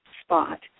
spot